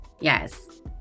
Yes